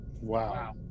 Wow